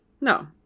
No